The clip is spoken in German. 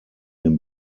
den